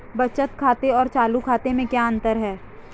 बचत खाते और चालू खाते में क्या अंतर है?